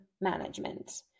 management